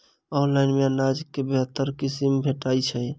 Online मे अनाज केँ बेहतर किसिम भेटय छै?